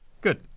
Good